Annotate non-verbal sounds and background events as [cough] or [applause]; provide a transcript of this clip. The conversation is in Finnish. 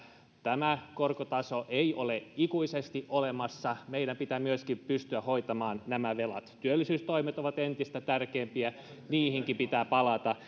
tämä korkotaso ei ole ikuisesti olemassa meidän pitää myöskin pystyä hoitamaan nämä velat työllisyystoimet ovat entistä tärkeämpiä niihinkin pitää palata [unintelligible]